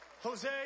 Jose